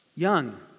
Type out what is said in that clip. Young